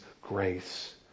grace